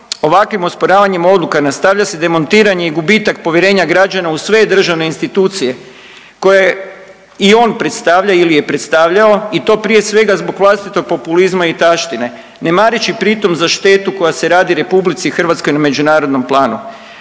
ovakvim osporavanjem odluka nastavlja se demontiranje i gubitak povjerenja građana u sve državne institucije koje i on predstavlja ili je predstavljao i to prije svega zbog vlastitog populizma i taštine ne mareći pritom za štetu koja se radi Republici Hrvatskoj na međunarodnom planu.